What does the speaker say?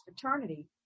fraternity